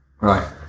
Right